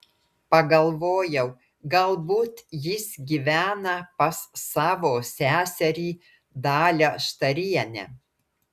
pagalvojau galbūt jis gyvena pas savo seserį dalią štarienę